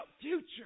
future